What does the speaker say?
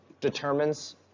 determines